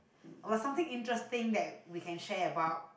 oh but something interesting that we can share about